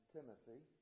Timothy